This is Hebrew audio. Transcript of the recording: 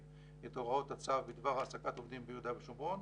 את הוראות הצו בדבר העסקת עובדים ביהודה ושומרון